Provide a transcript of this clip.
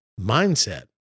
mindset